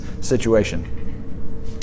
situation